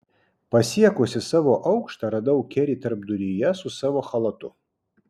pasiekusi savo aukštą radau kerį tarpduryje su savu chalatu